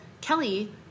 Kelly